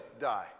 die